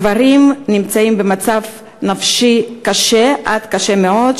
הגברים נמצאים במצב נפשי קשה עד קשה מאוד,